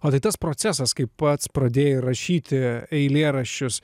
o tai tas procesas kaip pats pradėjai rašyti eilėraščius